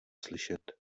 slyšet